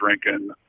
drinking